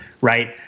Right